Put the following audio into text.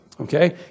Okay